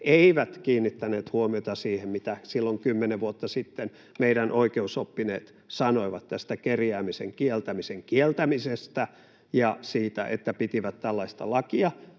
eivät kiinnittäneet huomiota siihen, mitä silloin kymmenen vuotta sitten meidän oikeusoppineet sanoivat tästä kerjäämisen kieltämisen kieltämisestä ja tällaisesta laista, joka